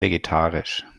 vegetarisch